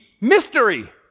mystery